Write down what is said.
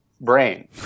brain